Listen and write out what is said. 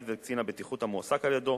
ואת קצין הבטיחות המועסק על-ידיו,